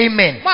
Amen